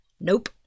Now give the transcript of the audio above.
Nope